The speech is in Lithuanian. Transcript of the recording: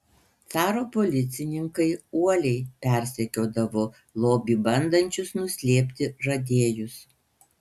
caro policininkai uoliai persekiodavo lobį bandančius nuslėpti radėjus